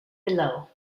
below